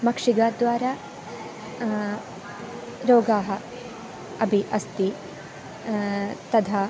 मक्षिकाद्वारा रोगाः अपि अस्ति तथा